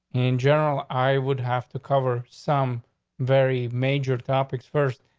in general, i would have to cover some very major topics first,